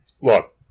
Look